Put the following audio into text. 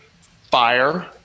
fire